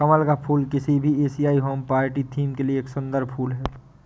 कमल का फूल किसी भी एशियाई होम पार्टी थीम के लिए एक सुंदर फुल है